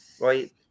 right